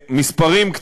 מספרים,